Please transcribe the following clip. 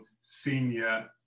senior